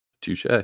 Touche